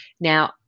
Now